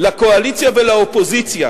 לקואליציה ולאופוזיציה,